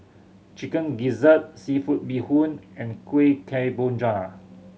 Chicken Gizzard seafood bee hoon and Kueh Kemboja